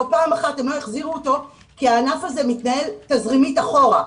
פעם אחת, כי הענף הזה מתנהל תזרימית אחורה.